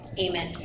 amen